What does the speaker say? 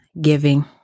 giving